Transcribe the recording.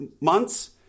months